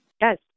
Yes